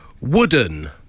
Wooden